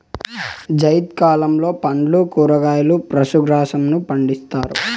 జైద్ కాలంలో పండ్లు, కూరగాయలు, పశు గ్రాసంను పండిత్తారు